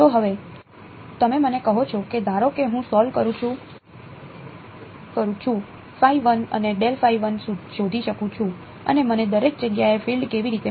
તો હવે તમે મને કહો કે ધારો કે હું સોલ્વ કરું છું અને શોધી શકું છું અને મને દરેક જગ્યાએ ફીલ્ડ કેવી રીતે મળશે